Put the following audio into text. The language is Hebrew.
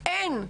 אין,